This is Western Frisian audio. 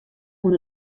oan